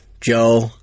Joe